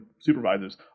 supervisors